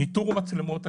ניטור מצלמות אקטיבי.